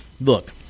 look